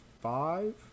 five